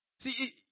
See